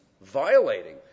violating